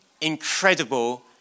incredible